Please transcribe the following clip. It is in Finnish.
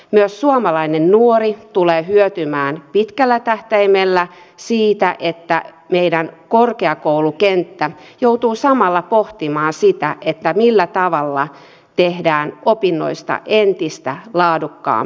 myös suomalainen nuori tulee hyötymään pitkällä tähtäimellä siitä että meidän korkeakoulukenttämme joutuu samalla pohtimaan sitä millä tavalla tehdään opinnoista entistä laadukkaampia